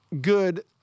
good –